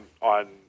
on